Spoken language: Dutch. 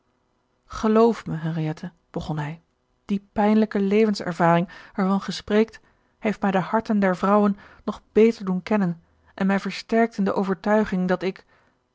geloof me henriette begon hij die pijnlijke levenservaring waarvan gij spreekt heeft mij de harten der vrouwen nog beter doen kennen en mij versterkt in de overtuiging dat ik